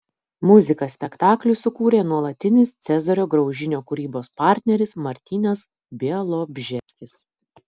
muziką spektakliui sukūrė nuolatinis cezario graužinio kūrybos partneris martynas bialobžeskis